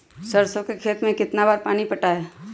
सरसों के खेत मे कितना बार पानी पटाये?